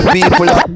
People